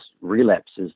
relapses